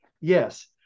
Yes